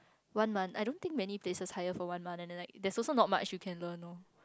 one month I don't think many places hire for one month and then like there's also not much you can learn lor